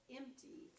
empty